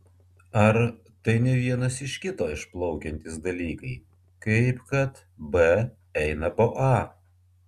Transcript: ar tai ne vienas iš kito išplaukiantys dalykai kaip kad b eina po a